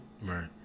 Right